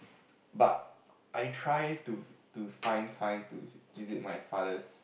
but I try to to find time to visit my father's